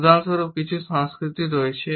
উদাহরণস্বরূপ কিছু সংস্কৃতি রয়েছে